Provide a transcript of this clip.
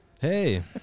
Hey